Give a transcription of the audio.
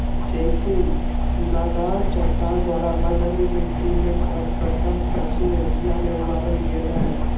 जैतून चुनादार चट्टान द्वारा बनल मिट्टी में सर्वप्रथम पश्चिम एशिया मे उगावल गेल हल